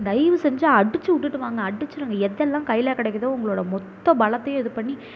தயவுசெஞ்சு அடித்து விட்டுட்டு வாங்க அடிச்சுடுங்க எதெல்லாம் கையில் கிடைக்குதோ உங்களோடய மொத்த பலத்தையும் இது பண்ணி